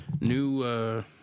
new